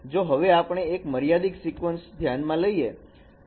તો હવે આપણે એક મર્યાદીત સીકવન્સ ધ્યાનમાં લઈએ